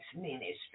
ministry